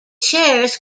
shares